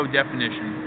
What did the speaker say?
definition